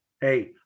Hey